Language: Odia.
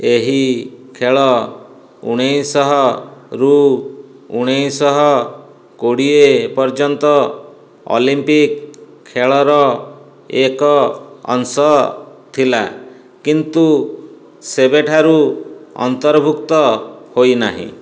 ଏହି ଖେଳ ଉଣାଇଶଶହରୁ ଉଣାଇଶଶହ କୋଡିଏ ପର୍ଯ୍ୟନ୍ତ ଅଲିମ୍ପିକ୍ ଖେଳର ଏକ ଅଂଶ ଥିଲା କିନ୍ତୁ ସେବେଠାରୁ ଅନ୍ତର୍ଭୁକ୍ତ ହୋଇନାହିଁ